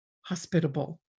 hospitable